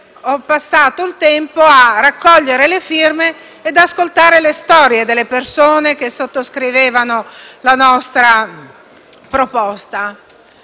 ho passato il tempo a raccogliere le firme e ad ascoltare le storie delle persone che sottoscrivevano la nostra proposta.